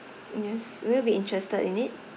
yes will you be interested in it